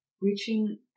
reaching